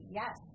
yes